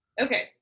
Okay